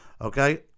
Okay